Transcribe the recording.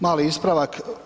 Mali ispravak.